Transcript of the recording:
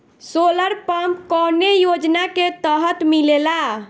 Solar pump कौने योजना के तहत मिलेला?